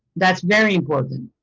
that's very important.